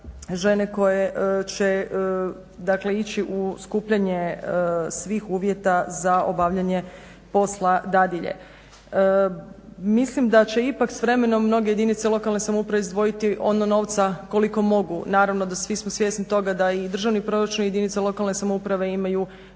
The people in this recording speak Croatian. žene koje će ići u skupljanje svih uvjeta za obavljanje posla dadilje. Mislim da će ipak s vremenom mnoge jedinice lokalne samouprave izdvojiti ono novca koliko mogu. Naravno da svi smo svjesni toga da i državni proračun i jedinice lokalne samouprave imaju